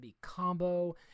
combo